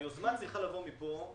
היוזמה צריכה לבוא מפה,